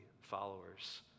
followers